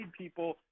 people